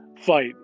fight